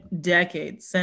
decades